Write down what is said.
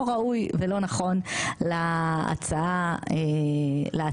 לא ראוי ולא נכון להצעה הזאת.